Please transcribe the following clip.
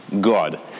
God